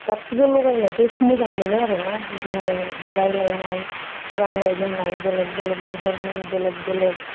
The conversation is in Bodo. गासैबो लगायनायखायसो मोजां मोनो आरो ना गिदिंनाय रायज्लायनाय गाननाय जोमनाय बेलेक बेलेक महरनि बेलेक बेलेक